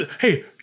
hey